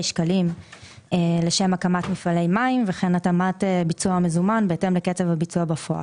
שקלים לשם הקמת מפעלי מים וכן התאמת ביצוע מזומן בהתאם לקצב הביצוע בפועל.